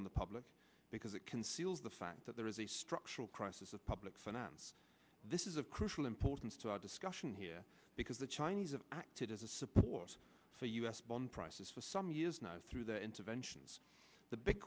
on the public because it conceals the fact that there is a structural crisis of public finance this is of crucial importance to our discussion here because the chinese of acted as a support for us bond prices for some years now through the interventions the big